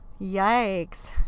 Yikes